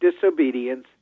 disobedience